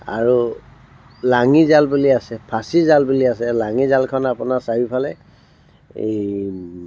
আৰু লাঙিজাল বুলি আছে ফাঁচিজাল বুলি আছে লাঙিজালখন আপোনাৰ চাৰিওফালে এই